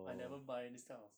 I never buy this types of